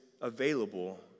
available